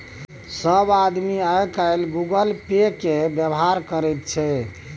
सभ आदमी आय काल्हि गूगल पे केर व्यवहार करैत छै